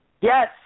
Yes